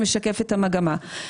שמשקף את המגמה.